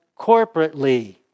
corporately